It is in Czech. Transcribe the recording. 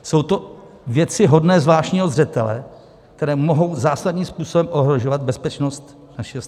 Jsou to věci hodné zvláštního zřetele, které mohou zásadním způsobem ohrožovat bezpečnost našeho státu.